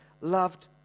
loved